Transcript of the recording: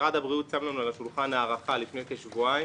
משרד הבריאות שם לנו על השולחן הערכה לפני כשבועיים.